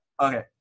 Okay